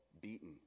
beaten